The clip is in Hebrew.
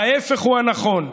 ההפך הוא הנכון.